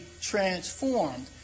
transformed